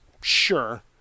Sure